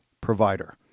provider